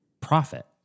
profit